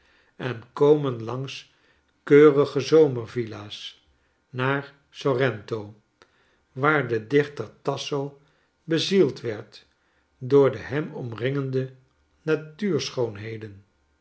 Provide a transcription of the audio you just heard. en komen langs keurige zomervilla's naar sorrento waar de dichter tasso bezield werd door de hem omringende